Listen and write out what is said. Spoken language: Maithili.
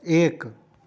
एक